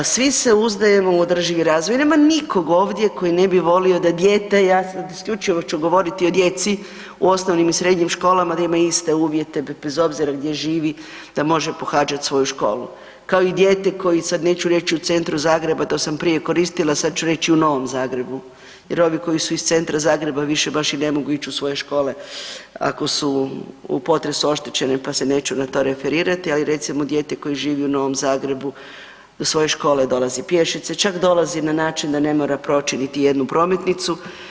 Svi se uzdajemo u održivi razvoj i nema nikog ovdje ko ne bi volio da dijete, ja ću sada isključivo govoriti o djeci u osnovnim i srednjim školama da imaju iste uvjete bez obzira gdje živi da može pohađat svoju školu kao i dijete koje sad neću reći u centru Zagreba, to sam prije koristila sad ću reći u Novom Zagrebu jer ovi koji su iz centra Zagreba više baš i ne mogu ići u svoje škole ako su u potresu oštećene pa se neću na to referirati, ali recimo dijete koje živi u Novom Zagrebu do svoje škole dolazi pješice, čak dolazi na način da ne mora proći niti jednu prometnicu.